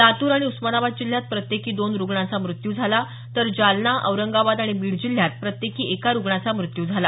लातूर आणि उस्मानाबाद जिल्ह्यात प्रत्येकी दोन रुग्णांचा मृत्यू झाला तर जालना औरंगाबाद आणि बीड जिल्ह्यात प्रत्येकी एका रुग्णाचा मृत्यू झाला